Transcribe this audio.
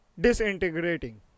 disintegrating